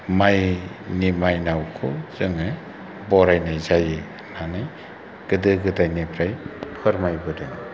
माइनि माइनावखौ जोङो बराइनाय जायो होन्नानै गोदो गोदायनिफ्राय फोरमायबोदों